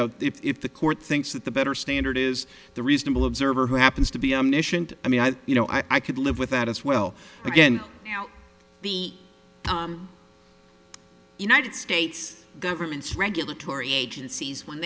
know if the court thinks that the better standard is the reasonable observer who happens to be omniscient i mean you know i could live with that as well again now be united states government's regulatory agencies when